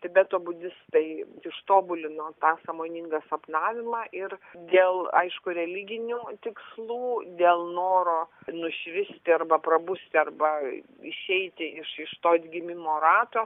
tibeto budistai ištobulino tą sąmoningą sapnavimą ir dėl aišku religinių tikslų dėl noro nušvisti arba prabusti arba išeiti iš iš to atgimimo rato